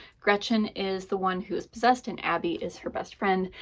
gretchen is the one who is possessed, and abby is her best friend.